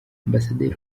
ambasaderi